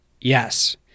Yes